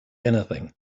anything